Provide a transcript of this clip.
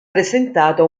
presentato